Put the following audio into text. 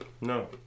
No